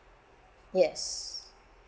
yes